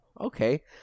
okay